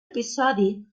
episodi